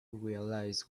realize